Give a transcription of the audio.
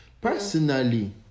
Personally